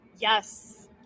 yes